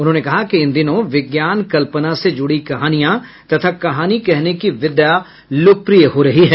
उन्होंने कहा कि इन दिनों विज्ञान कल्पना से जुड़ी कहानियां तथा कहानी कहने की विधा लोकप्रिय हो रही है